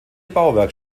bauwerk